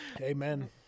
Amen